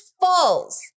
falls